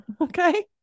Okay